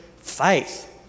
faith